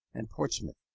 and portsmouth.